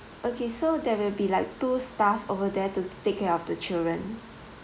okay so there will be like two staff over there to take care of the children